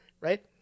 Right